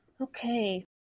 Okay